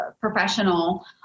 professional